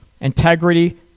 integrity